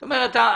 זאת אומרת,